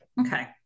Okay